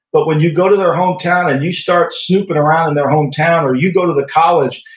but when you go to their hometown and you start snooping around in their hometown, or you go to the college,